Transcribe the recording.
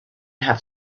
have